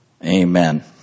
Amen